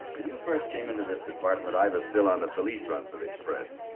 you first came into this department i was still on the police run for the express.